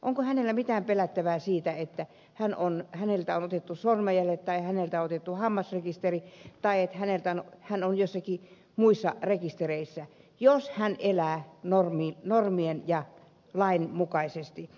onko hänellä mitään pelättävää siitä että häneltä on otettu sormenjäljet tai häneltä on otettu hammasrekisteri tai että hän on joissakin muissa rekistereissä jos hän elää normien ja lain mukaisesti